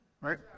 Right